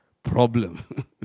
problem